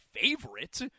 favorite